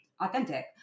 authentic